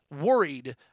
worried